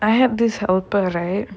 I have this helper right